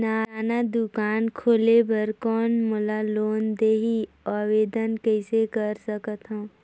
किराना दुकान खोले बर कौन मोला लोन मिलही? आवेदन कइसे कर सकथव?